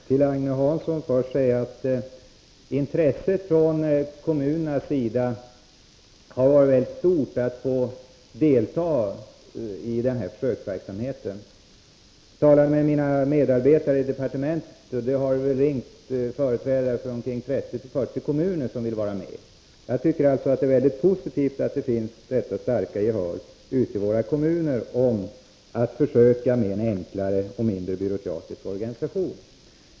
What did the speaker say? Herr talman! Jag vill först säga till Agne Hansson att intresset från kommunernas sida har varit mycket stort för att få delta i den här försöksverksamheten. Jag har talat med mina medarbetare i departementet, som säger att det har ringt företrädare för 30-40 kommuner, som vill vara med. Det är positivt att det ute i våra kommuner finns detta starka gehör för att vara med och göra försök med en enklare och mindre byråkratisk organisation.